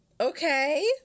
Okay